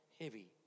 heavy